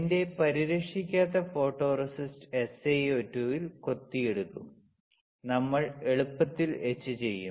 എന്റെ പരിരക്ഷിക്കാത്ത photoresist SiO2 കൊത്തിയെടുക്കും നമ്മൾ എളുപ്പത്തിൽ എച്ച്ച്ച് ചെയ്യും